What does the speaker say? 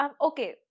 Okay